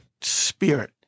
spirit